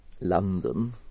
London